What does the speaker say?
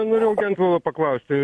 norėjau gentvilo paklausti